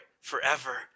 forever